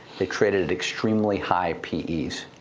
they traded extremely high p es.